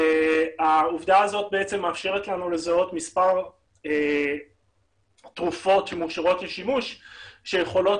העובדה הזאת מאפשרת לנו לזהות מספר תרופות שמאושרות לשימוש שיכולות